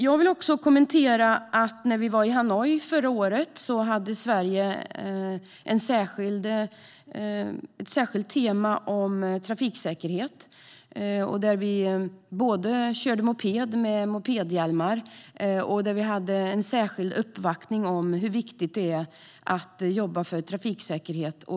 Något annat som jag vill kommentera är att Sverige hade ett särskilt tema om trafiksäkerhet när vi var i Hanoi förra året. Vi körde moped med mopedhjälmar och hade en särskild uppvaktning om hur viktigt det är att jobba för trafiksäkerhet.